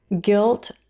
guilt